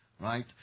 right